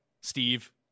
steve